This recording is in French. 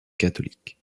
catholique